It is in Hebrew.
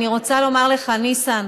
ואני רוצה לומר לך ניסן,